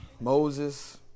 Moses